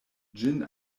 ĝin